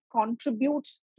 contributes